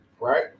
right